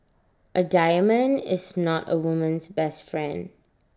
A diamond is not A woman's best friend